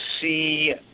see